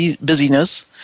busyness